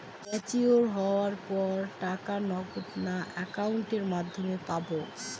Mature হওয়ার পর টাকা নগদে না অ্যাকাউন্টের মাধ্যমে পাবো?